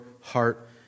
heart